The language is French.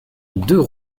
deux